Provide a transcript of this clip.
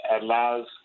allows